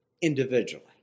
individually